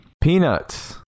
Peanuts